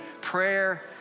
prayer